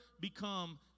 become